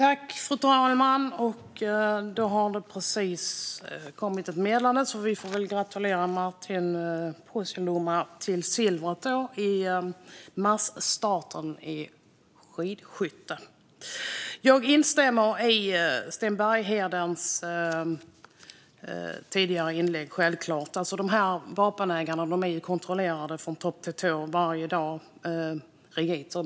Fru talman! Det har precis kommit ett meddelande: Vi får gratulera Martin Ponsiluoma till silvret i masstarten i skidskytte! Jag instämmer i Sten Berghedens inlägg, självklart. De här vapenägarna kontrolleras från topp till tå i register varje dag.